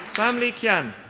fam li kian.